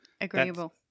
Agreeable